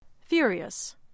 Furious